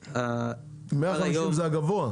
150 זה הגבוה?